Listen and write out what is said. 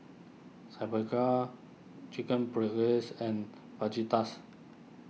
Chicken Paprikas and Fajitas